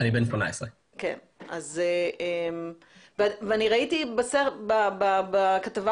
בן 18. ראיתי בכתבה